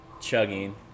chugging